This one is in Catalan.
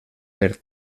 per